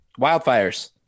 Wildfires